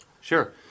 sure